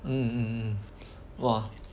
mm mm mm !wah!